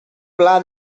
pla